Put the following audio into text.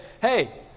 Hey